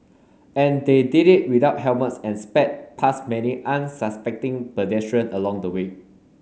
and they did it without helmets and sped past many unsuspecting pedestrian along the way